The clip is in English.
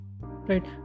Right